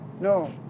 No